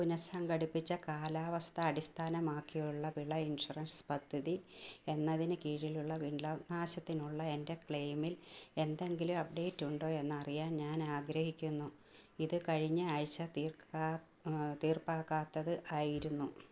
പുനഃസംഘടിപ്പിച്ച കാലാവസ്ഥ അടിസ്ഥാനമാക്കിയുള്ള വിള ഇൻഷുറൻസ് പദ്ധതി എന്നതിനു കീഴിലുള്ള വിള നാശത്തിനുള്ള എന്റെ ക്ലെയിമിൽ എന്തെങ്കിലും അപ്ഡേറ്റ് ഉണ്ടോ എന്നറിയാൻ ഞാനാഗ്രഹിക്കുന്നു ഇതു കഴിഞ്ഞ ആഴ്ച തീര്പ്പാ തീർപ്പാക്കാത്തത് ആയിരുന്നു